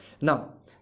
Now